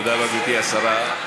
תודה רבה, גברתי השרה.